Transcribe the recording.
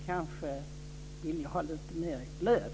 Kanske vill jag ha lite mer glöd.